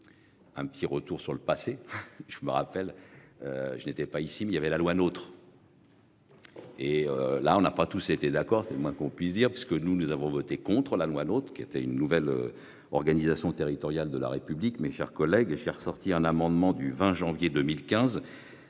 Un petit retour sur le passé. Je me rappelle. Je n'étais pas ici mais il y avait la loi notre. Et là on n'a pas tous été d'accord, c'est le moins qu'on puisse dire parce que nous, nous avons voté contre la loi, l'autre qui était une nouvelle. Organisation territoriale de la République. Mes chers collègues et chers sorti un amendement du 20 janvier 2015